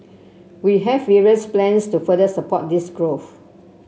we have various plans to further support this growth